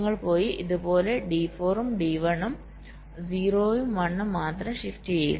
നിങ്ങൾ പോയി ഇത് പോലെ D4 ഉം D1 ഉം 0 ഉം 1 ഉം മാത്രം ഷിഫ്റ്റ് ചെയ്യുക